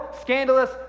scandalous